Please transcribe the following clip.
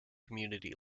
community